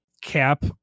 Cap